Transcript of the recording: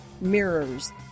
mirrors